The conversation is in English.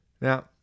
Now